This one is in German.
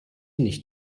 nicht